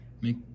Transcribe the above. make